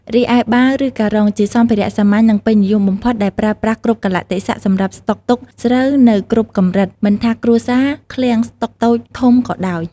រីឯបាវ ឬការុង ជាសម្ភារៈសាមញ្ញ និងពេញនិយមបំផុតដែលប្រើប្រាស់គ្រប់កាលៈទេសៈសម្រាប់ស្តុកទុកស្រូវនៅគ្រប់កម្រិត មិនថាគ្រួសារ ឃ្លាំងស្តុកតូចធំក៏ដោយ។